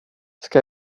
ska